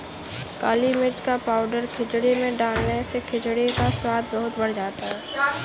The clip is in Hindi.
काली मिर्च का पाउडर खिचड़ी में डालने से खिचड़ी का स्वाद बहुत बढ़ जाता है